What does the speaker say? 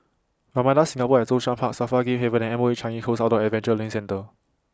Ramada Singapore At Zhongshan Park SAFRA Game Haven and M O E Changi Coast Outdoor Adventure Learning Centre